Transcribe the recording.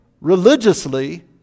religiously